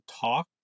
talk